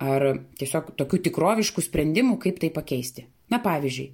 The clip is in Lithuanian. ar tiesiog tokių tikroviškų sprendimų kaip tai pakeisti na pavyzdžiui